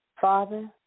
Father